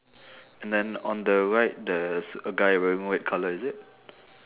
and then on the right there's a guy wearing red colour is it